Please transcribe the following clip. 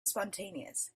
spontaneous